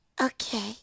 Okay